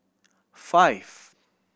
five